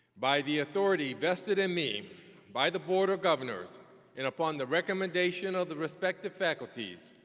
by the authority vested in me by the board of governors and upon the recommendation of the respective faculties,